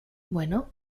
bueno